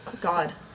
God